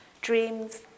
dreams